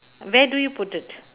where do you put it